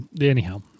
Anyhow